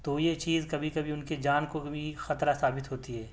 تو یہ چیز کبھی کبھی اُن کی جان کو کبھی خطرہ ثابت ہوتی ہے